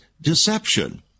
deception